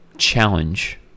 challenge